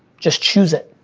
just choose it.